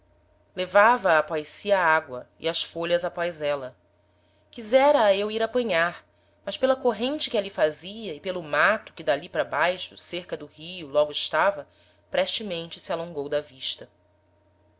levava a após si a agoa e as folhas após éla quisera a eu ir apanhar mas pela corrente que ali fazia e pelo mato que d'ali para baixo cerca do rio logo estava prestemente se alongou da vista